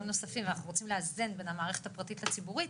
נוספים ואנחנו רוצים לאזן בין המערכת הפרטית לציבורית,